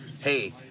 hey